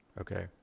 Okay